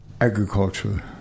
agriculture